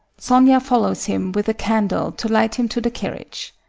sonia follows him with a candle to light him to the carriage.